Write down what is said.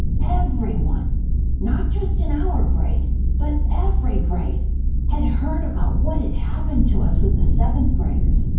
everyone not just in our grade but every grade had heard about what had happened to us with the seventh graders,